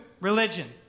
religion